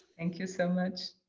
thank you so much.